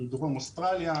מדרום אוסטרליה.